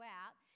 out